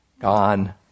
Gone